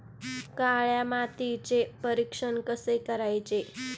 काळ्या मातीचे परीक्षण कसे करायचे?